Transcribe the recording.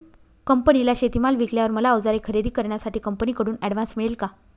कंपनीला शेतीमाल विकल्यावर मला औजारे खरेदी करण्यासाठी कंपनीकडून ऍडव्हान्स मिळेल का?